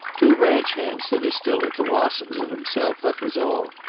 two ranch hands that are still at the wassons' and himself, that was all.